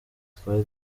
twari